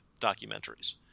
documentaries